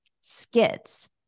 skits